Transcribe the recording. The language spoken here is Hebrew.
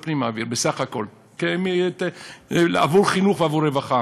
הפנים מעביר בסך הכול עבור חינוך ועבור רווחה.